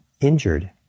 injured